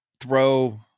throw